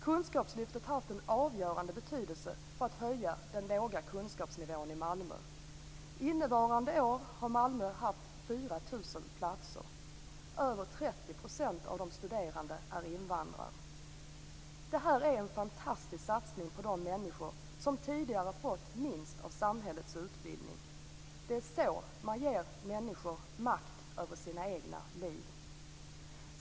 Kunskapslyftet har haft en avgörande betydelse för att höja den låga kunskapsnivån i Över 30 % av de studerande är invandrare. Det här är en fantastisk satsning på de människor som tidigare fått minst av samhällets utbildning. Det är så man ger människor makt över sina egna liv.